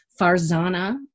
Farzana